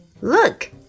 Look